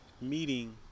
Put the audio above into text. meeting